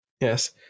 Yes